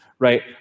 Right